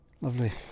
lovely